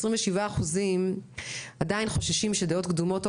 27% מהלהט"בים בישראל עדיין חוששים שדעות קדומות או